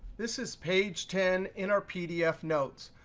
this is page ten in our pdf notes.